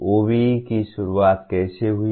OBE की शुरुआत कैसे हुई